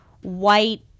white